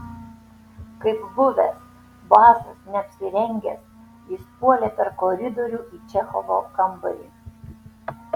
kaip buvęs basas neapsirengęs jis puolė per koridorių į čechovo kambarį